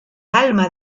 alma